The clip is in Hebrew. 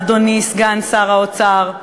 אדוני סגן שר האוצר,